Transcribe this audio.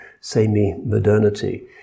semi-modernity